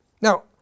now